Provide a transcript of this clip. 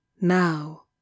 NOW